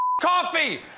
coffee